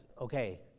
okay